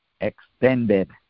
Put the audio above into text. extended